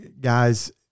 guys